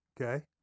Okay